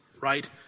right